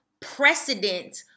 precedent